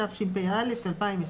התש"ף-2020.